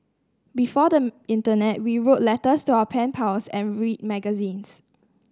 before them internet we wrote letters to our pen pals and read magazines